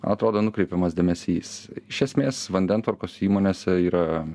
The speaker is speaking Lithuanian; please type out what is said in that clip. atrodo nukreipiamas dėmesys iš esmės vandentvarkos įmonėse yra